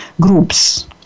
groups